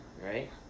right